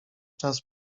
czas